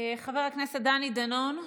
חבר הכנסת דני דנון,